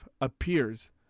appears